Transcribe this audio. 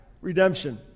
redemption